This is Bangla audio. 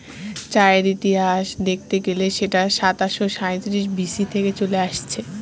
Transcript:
চায়ের ইতিহাস দেখতে গেলে সেটা সাতাশো সাঁইত্রিশ বি.সি থেকে চলে আসছে